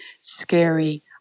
scary